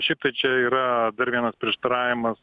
šiaip tai čia yra dar vienas prieštaravimas